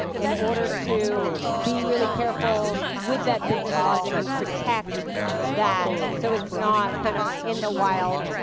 in order to be really careful with that business logic and protect that so it's not, kind of, in the wild,